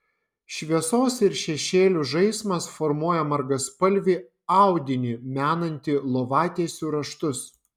šviesos ir šešėlių žaismas formuoja margaspalvį audinį menantį lovatiesių raštus